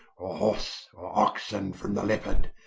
or horse or oxen from the leopard,